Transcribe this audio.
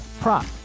prop